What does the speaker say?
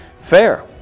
Fair